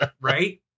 right